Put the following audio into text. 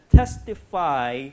testify